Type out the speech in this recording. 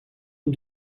une